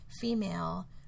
female